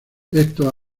esto